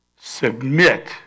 Submit